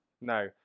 No